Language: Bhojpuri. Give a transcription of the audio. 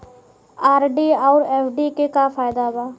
आर.डी आउर एफ.डी के का फायदा बा?